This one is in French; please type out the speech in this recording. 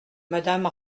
madame